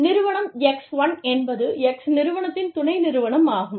நிறுவனம் X1 என்பது X நிறுவனத்தின் துணை நிறுவனமாகும்